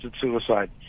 suicide